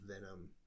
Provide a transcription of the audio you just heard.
venom